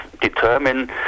determine